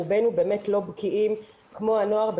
רובנו באמת לא בקיאים כמו הנוער,